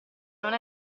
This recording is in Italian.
non